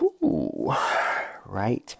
Right